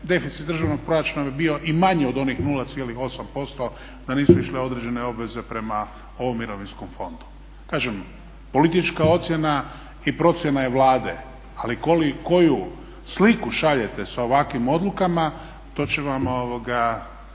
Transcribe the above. deficit državnog proračuna bi bio i manji od onih 0,8% da nisu išle određene obveze prema ovom mirovinskom fondu. Kažem, politička ocjena i procjena je Vlade, ali koju sliku šaljete sa ovakvim odlukama to će vam odgovoriti